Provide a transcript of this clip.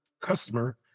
customer